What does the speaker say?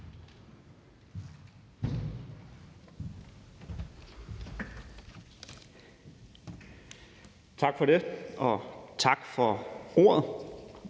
Tak for det. Og tak for ordet.